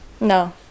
No